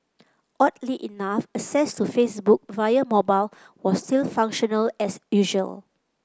oddly enough access to Facebook via mobile was still functional as usual